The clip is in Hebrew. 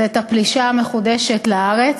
את הפלישה המחודשת לארץ,